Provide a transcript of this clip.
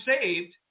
saved